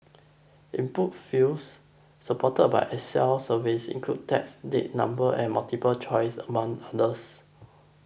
input fields supported by Excel surveys include text date number and multiple choices among others